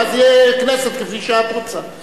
ואז תהיה כנסת כפי שאת רוצה.